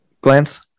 glance